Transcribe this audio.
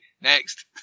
Next